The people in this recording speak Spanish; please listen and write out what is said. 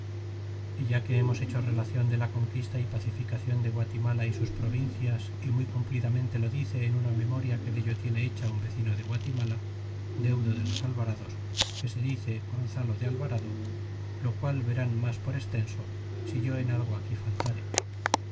e ya que hemos hecho relacion de la conquista y pacificacion de guatimala y sus provincias y muy cumplidamente lo dice en una memoria que dello tiene hecha un vecino de guatimala deudo de los alvarados que se dice gonzalo de alvarado lo qual verán mas por estenso si yo en algo aquí faltare